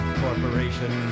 corporation